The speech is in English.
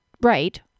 right